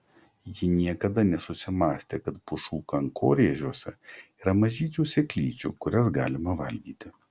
ji niekada nesusimąstė kad pušų kankorėžiuose yra mažyčių sėklyčių kurias galima valgyti